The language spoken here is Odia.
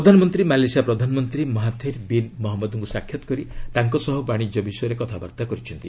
ପ୍ରଧାନମନ୍ତ୍ରୀ ମାଲେସିଆ ପ୍ରଧାନମନ୍ତ୍ରୀ ମହାଥିର୍ ବିନ୍ ମହଜ୍ମଦ୍ଙ୍କୁ ସାକ୍ଷାତ କରି ତାଙ୍କ ସହ ବାଣିଜ୍ୟ ବିଷୟରେ କଥାବାର୍ତ୍ତା କରିଛନ୍ତି